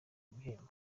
ibihembo